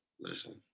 Listen